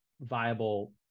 viable